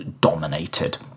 dominated